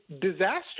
disaster